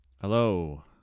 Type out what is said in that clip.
hello